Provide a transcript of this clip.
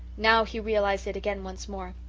now he realised it again once more.